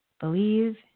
believe